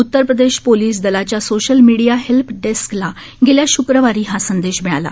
Uttar Pradesh police दलाच्या social media help डेस्कला गेल्या श्क्रवारी हा संदेश मिळाला